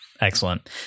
Excellent